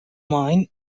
mine